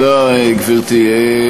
תודה, גברתי.